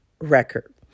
record